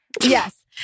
Yes